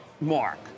Mark